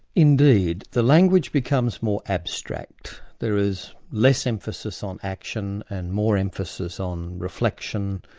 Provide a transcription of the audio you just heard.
indeed. the language becomes more abstract, there is less emphasis on action and more emphasis on reflection.